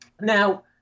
Now